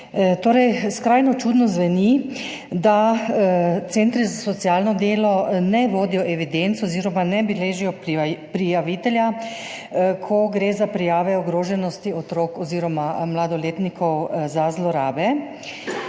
odgovor. Skrajno čudno zveni, da centri za socialno delo ne vodijo evidenc oziroma ne beležijo prijavitelja, ko gre za prijave ogroženosti otrok oziroma mladoletnikov, za zlorabe.